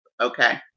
okay